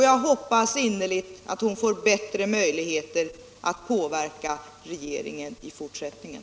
Jag hoppas innerligt att hon får bättre möjligheter att påverka regeringen i fortsättningen.